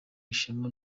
ishema